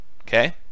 Okay